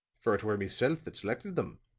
for it were meself that selected them.